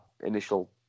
initial